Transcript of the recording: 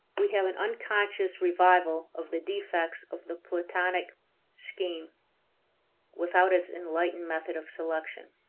we have an unconscious revival of the defects of the platonic scheme without its enlightened method of selection.